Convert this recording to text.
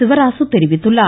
சிவராசு தெரிவித்துள்ளார்